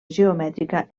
geomètrica